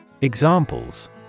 Examples